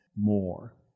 more